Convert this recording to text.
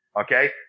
Okay